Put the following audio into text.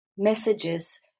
messages